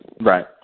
Right